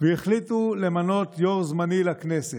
והחליטו למנות יו"ר זמני לכנסת,